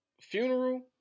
funeral